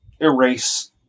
erase